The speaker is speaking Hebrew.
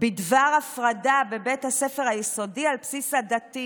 בדבר הפרדה בבית הספר היסודי על בסיס עדתי